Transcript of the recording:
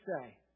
say